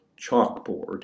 chalkboard